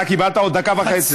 אתה קיבלת עוד דקה חצי.